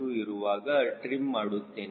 2 ಇರುವಾಗ ಟ್ರಿಮ್ ಮಾಡುತ್ತೇನೆ